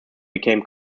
became